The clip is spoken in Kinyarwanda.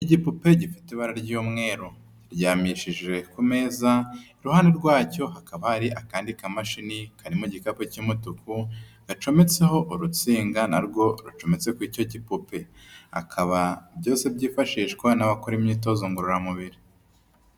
Igipupe gifite ibara ry'umweru kiryamishijwe ku meza iruhande rwacyo hakaba hari akandi kmashini karimo igikapu cy'umutuku gacometseho urusenga narwo rucometse kuri icyo gipupeba byose byifashishwa n'abakora imyitozo ngororamubiri.